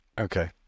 Okay